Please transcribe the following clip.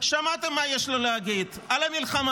שמעתם מה יש לו להגיד על המלחמה,